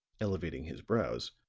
elevating his brows,